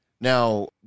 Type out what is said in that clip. Now